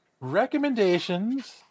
recommendations